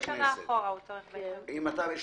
"פנגו"